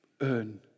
earn